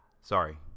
Sorry